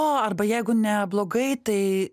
jo arba jeigu ne blogai tai